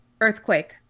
earthquake